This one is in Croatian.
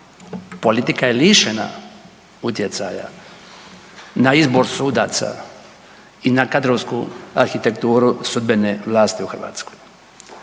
politika je lišena utjecaja na izbor sudaca i na kadrovsku arhitekturu sudbene vlasti u Hrvatskoj.